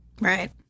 right